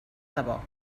debò